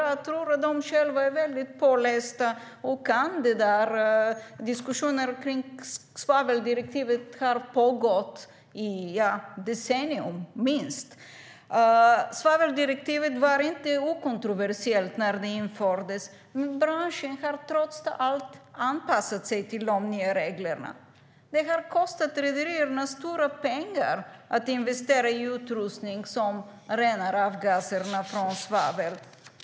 Jag tror att man är mycket påläst och kan detta. Diskussioner kring svaveldirektivet har pågått i decennier. Svaveldirektivet var inte okontroversiellt när det infördes. Men branschen har trots allt anpassat sig till de nya reglerna. Det har kostat rederierna stora pengar att investera i utrustning som renar avgaserna från svavel.